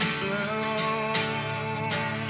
bloom